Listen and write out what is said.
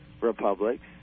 republics